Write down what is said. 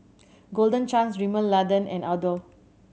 Golden Chance Rimmel London and Adore